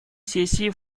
сессии